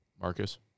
Marcus